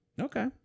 Okay